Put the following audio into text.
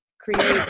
create